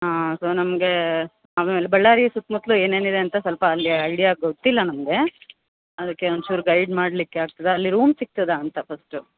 ಹಾಂ ಸೊ ನಮಗೆ ಆಮೇಲೆ ಬಳ್ಳಾರಿ ಸುತ್ತ ಮುತ್ತಲು ಏನೇನು ಇದೆ ಅಂತ ಸ್ವಲ್ಪ ಅಲ್ಲಿ ಐಡಿಯಾ ಗೊತ್ತಿಲ್ಲ ನಮಗೆ ಅದಕ್ಕೆ ಒಂಚೂರು ಗೈಡ್ ಮಾಡ್ಲಿಕೆ ಆಗ್ತದಾ ಅಲ್ಲಿ ರೂಮ್ ಸಿಗ್ತದಾ ಅಂತ ಫಸ್ಟು